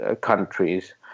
countries